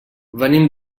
venim